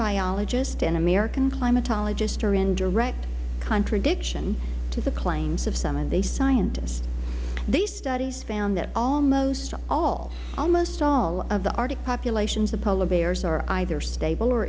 biologists and american climatologists are in direct contradiction to the claims of some of these scientists these studies found that almost all almost all of the arctic populations of polar bears are either stable